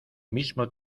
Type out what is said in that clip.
mismo